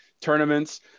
tournaments